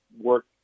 work